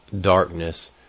darkness